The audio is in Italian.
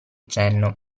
cenno